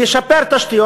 וישפר תשתיות.